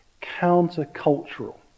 counter-cultural